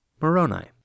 Moroni